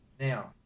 Now